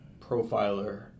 profiler